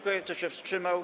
Kto się wstrzymał?